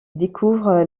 découvre